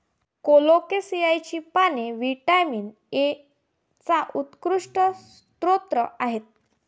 कोलोकेसियाची पाने व्हिटॅमिन एचा उत्कृष्ट स्रोत आहेत